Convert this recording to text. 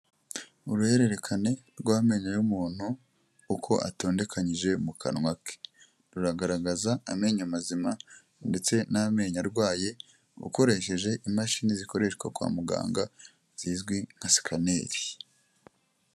Uruhererekane rw'amenyo y'umuntu uko atondekanyije mu kanwa ke, ruragaragaza amenyo mazima ndetse n'amenyo arwaye ukoresheje imashini zikoreshwa kwa muganga zizwi nka sikaneri.